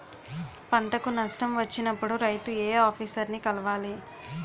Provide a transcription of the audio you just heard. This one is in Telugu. పంటకు నష్టం వచ్చినప్పుడు రైతు ఏ ఆఫీసర్ ని కలవాలి?